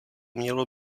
mělo